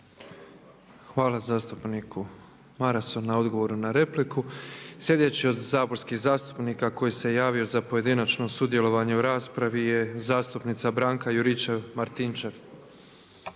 Hvala zastupniku Marasu na odgovoru na repliku. Sljedeći od saborskih zastupnika koji se javio za pojedinačno sudjelovanje u raspravi je zastupnica Branka Juričev-Martinčev.